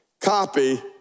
copy